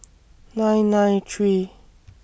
nine nine three